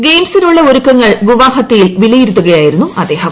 ഗെയിംസിനുള്ള ഒരുക്കങ്ങൾ ഗുവാഹത്തിയിൽ വിലയിരുത്തുകയായിരുന്നു അദ്ദേഹം